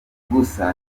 gusa